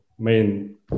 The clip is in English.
main